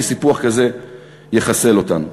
כי סיפוח כזה יחסל אותנו.